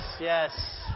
yes